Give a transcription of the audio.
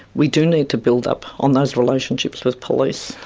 we do need to build up on those relationships with police.